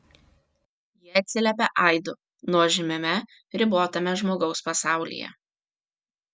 jie atsiliepia aidu nuožmiame ribotame žmogaus pasaulyje